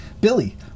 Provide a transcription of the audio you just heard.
Billy